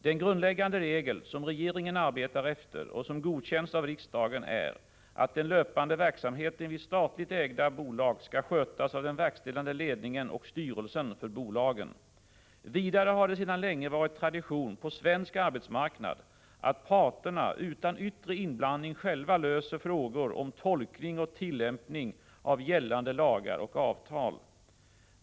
Den grundläggande regel som regeringen arbetar efter och som godkänts av riksdagen är att den löpande verksamheten vid statligt ägda bolag skall skötas av den verkställande ledningen och styrelsen för bolagen. Vidare har det sedan länge varit tradition på svensk arbetsmarknad att parterna utan yttre inblandning själva löser frågor om tolkning och tillämpning av gällande lagar och avtal.